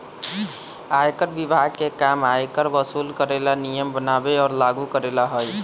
आयकर विभाग के काम आयकर वसूल करे ला नियम बनावे और लागू करेला हई